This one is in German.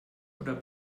oder